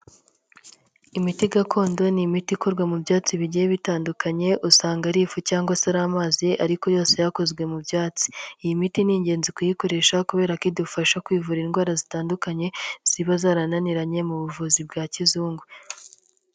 Imiti gakondo ni imiti ikorwa mu byatsi bigiye bitandukanye, usanga ari ifu cyangwa se ari amazi ariko yose yakozwe mu byatsi. Iyi miti ni ingenzi kuyikoresha kubera ko idufasha kwivura indwara zitandukanye ziba zarananiranye mu buvuzi bwa kizungu.